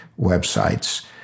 websites